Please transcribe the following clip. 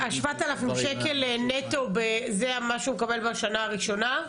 ה-7,000 נטו זה מה שהוא מקבל בשנה הראשונה?